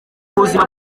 ubuzima